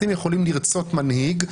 אתם יכולים לרצות מנהיג,